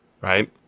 right